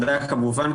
כמובן,